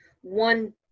one